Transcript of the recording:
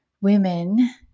women